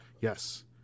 yes